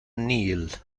nihil